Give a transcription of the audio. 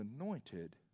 anointed